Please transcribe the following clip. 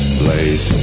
blaze